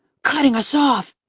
cutting us off.